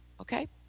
okay